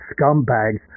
scumbags